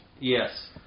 Yes